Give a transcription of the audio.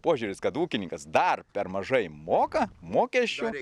požiūris kad ūkininkas dar per mažai moka mokesčių